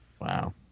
Wow